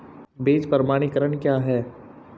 बीज प्रमाणीकरण क्या है?